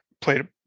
played